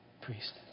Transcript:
priest